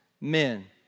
men